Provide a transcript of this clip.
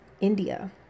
India